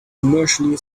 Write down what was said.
commercially